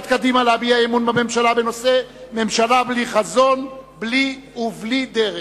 בממשלה בנושא: היותה ממשלה בלי חזון ובלי דרך.